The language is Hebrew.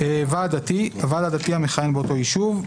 "ועד דתי" הוועד הדתי המכהן באותו יישוב.